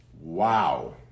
Wow